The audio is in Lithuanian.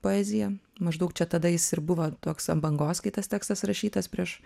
poezija maždaug čia tada jis ir buvo toks ant bangos kai tas tekstas rašytas prieš